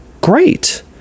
Great